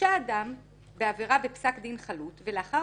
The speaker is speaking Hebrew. "הורשע אדם בעבירה בפסק דין חלוט ולאחר